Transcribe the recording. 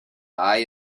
eye